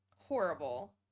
Horrible